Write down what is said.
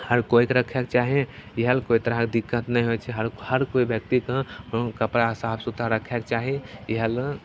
हर कोइके रखैके चाही इएह ले कोइ तरहके दिक्कत नहि होइ छै हर कोइ व्यक्तिकेँ कपड़ा साफ सुथरा रखैके चाही इएह ले